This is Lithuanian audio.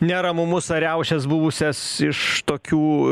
neramumus ar riaušes buvusias iš tokių